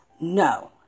No